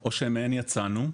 או שמהן יצאנו,